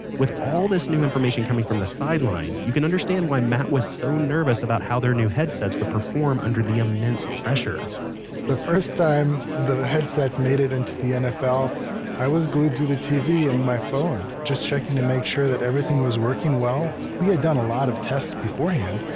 with all this new information coming from the sideline, you can understand why matt was so nervous about how their new headsets would perform under the immense pressure the first time the headsets made it into the nfl i was glued to the tv and my phone just checking to make sure that everything was working well. we had done a lot of tests beforehand,